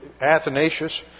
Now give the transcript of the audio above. Athanasius